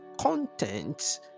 content